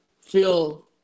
feel